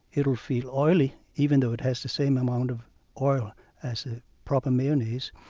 it will feel oily, even though it has the same amount of oil as a proper mayonnaise.